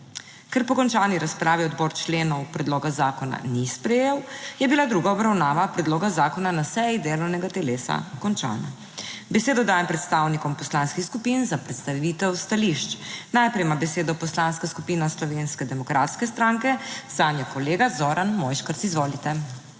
Ker po končani razpravi odbor členov predloga zakona ni sprejel, je bila druga obravnava predloga zakona na seji delovnega telesa končana. Besedo dajem predstavnikom poslanskih skupin za predstavitev stališč. Najprej ima besedo Poslanska skupina Slovenske demokratske stranke, zanjo kolega Zoran Mojškerc. Izvolite.